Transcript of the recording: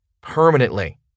permanently